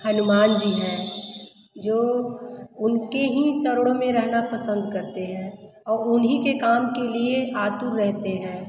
हनुमान जी हैं जो उनके हीं चरणों में रहना पसंद करते हैं और उन्हीं के काम के लिए आतुर रहते हैं